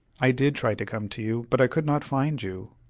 i did try to come to you, but i could not find you,